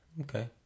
Okay